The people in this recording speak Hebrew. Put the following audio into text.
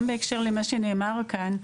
גם בהקשר למה שנאמר כאן.